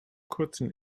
kurzen